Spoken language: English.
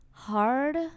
hard